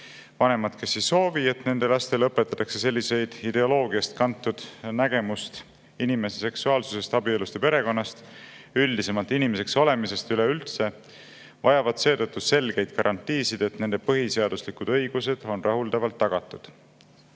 Vanemad, kes ei soovi, et nende lastele õpetatakse sellisest ideoloogiast kantud nägemust inimese seksuaalsusest, abielust ja perekonnast, üldisemalt inimeseks olemisest, vajavad seetõttu selgeid garantiisid, et nende põhiseaduslikud õigused on rahuldavalt tagatud.